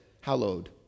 Hallowed